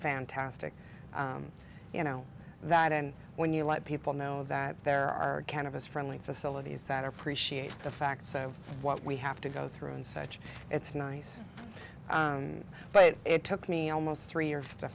fantastic you know that and when you let people know that there are cannabis friendly facilities that appreciate the fact so what we have to go through and such it's nice but it took me almost three years to